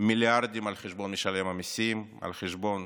מיליארדים על חשבון משלם המיסים, על חשבון